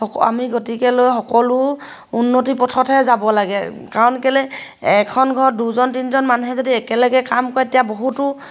সক আমি গতিকেলৈ সকলো উন্নতি পথতহে যাব লাগে কাৰণ কেলৈ এখন ঘৰত দুজন তিনিজন মানুহে যদি একেলগে কাম কৰে তেতিয়া বহুতো